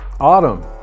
autumn